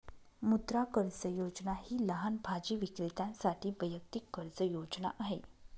मुद्रा कर्ज योजना ही लहान भाजी विक्रेत्यांसाठी वैयक्तिक कर्ज योजना आहे